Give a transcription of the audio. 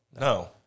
No